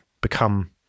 become